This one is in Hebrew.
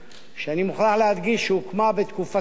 שאני מוכרח להדגיש שהוקמה בתקופתי כשר